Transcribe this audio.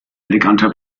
eleganter